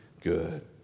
good